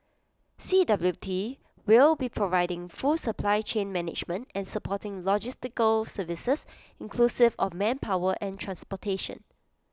C W T will be providing full supply chain management and supporting logistical services inclusive of manpower and transportation